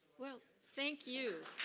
well thank you.